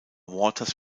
waters